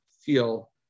feel